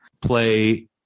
play